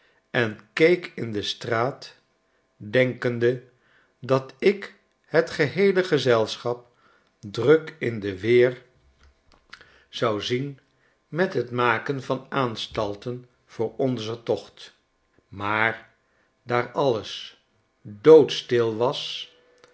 en keek in de straat denkende dat ik het geheele gezelsohap druk in de weer zou zien met het maken van aanstalten voor onzen tocht maar daar alles doodstil was